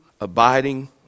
abiding